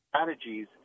strategies